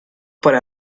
para